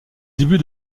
début